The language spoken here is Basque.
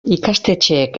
ikastetxeek